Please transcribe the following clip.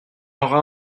aura